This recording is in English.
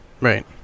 Right